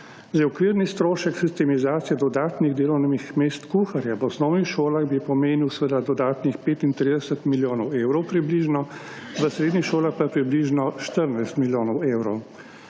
Okvirni strošek sistemizacije dodatnih delovnih mest kuharja v osnovnih šolah bi pomenil seveda dodatnih 35 milijonov evrov približno, v srednjih šolah pa približno 14 milijonov evrov.